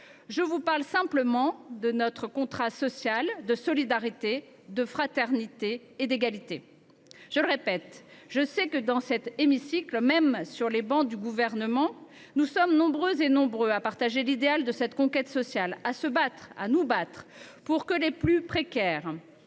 Je vous parle simplement de notre contrat social de solidarité, de fraternité et d’égalité. Je le répète, je sais que, dans cet hémicycle, y compris sur les bancs du Gouvernement, nous sommes nombreuses et nombreux à partager l’idéal de cette conquête sociale, à nous battre pour que les plus précaires